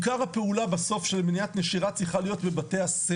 עיקר הפעולה בסוף של מניעת נשירה צריכה להיות בבתי-הספר.